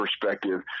perspective